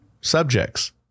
subjects